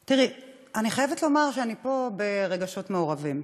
תראי, אני חייבת לומר שאני פה ברגשות מעורבים.